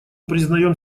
признаем